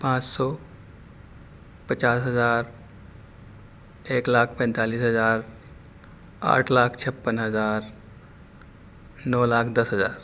پانچ سو پچاس ہزار ایک لاکھ پینتالیس ہزارآٹھ لاکھ چھپن ہزار نو لاکھ دس ہزار